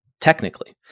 technically